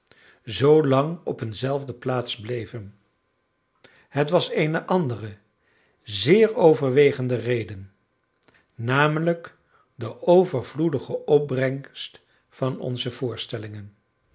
zoolang op een zelfde plaats bleven het was eene andere zeer overwegende reden namelijk de overvloedige opbrengst van onze voorstellingen